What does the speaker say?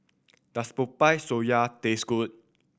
does Popiah Sayur taste good